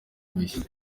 bushya